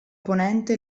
ponente